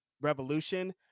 Revolution